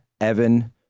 Evan